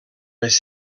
les